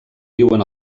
viuen